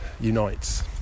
unites